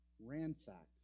ransacked